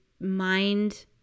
mind